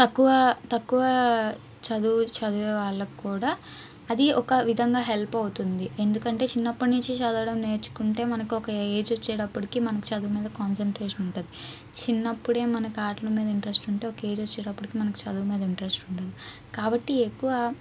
తక్కువ తక్కువ చదువు చదివే వాళ్ళకు కూడా అది ఒక విధంగా హెల్ప్ అవుతుంది ఎందుకంటే చిన్నప్పటి నుంచి చదవడం నేర్చుకుంటే మనకు ఒక ఏజ్ వచ్చేటప్పటికి మనకు చదువు మీద కాన్సన్ట్రేషన్ ఉంటుంది చిన్నప్పుడే మనకాట్ల మీద ఇంట్రెస్ట్ ఉంటే ఒక ఏజ్ వచ్చేటప్పటికి మనకు చదువు మీద ఇంట్రస్ట్ ఉండదు కాబట్టి ఎక్కువ